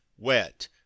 Wet